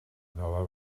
nova